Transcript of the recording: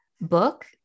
book